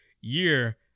year